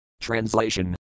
Translation